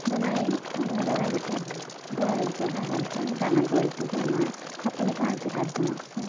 বনাই মানে ল'ৰাকিটাক বোৱাৰীটো খাই ভাল পায় ডাঙৰ বোৱাৰীটো কয় মা আপুনি আজি ভাত বনাওকচোন